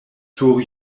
sur